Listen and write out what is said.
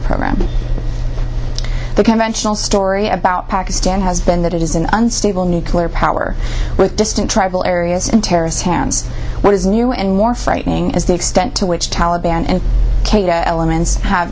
program the conventional story about pakistan has been that it is an unstable nuclear power with distant tribal areas in terrorist hands what is new and more frightening is the extent to which taliban and al qaeda elements have